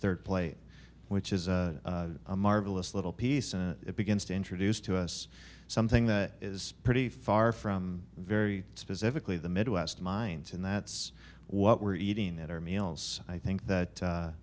third plate which is a marvelous little piece and it begins to introduce to us something that is pretty far from very specifically the midwest mind and that's what we're eating at our meals i think that